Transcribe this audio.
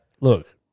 look